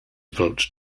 vote